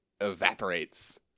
evaporates